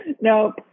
Nope